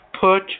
put